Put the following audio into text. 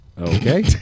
Okay